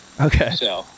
Okay